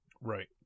Right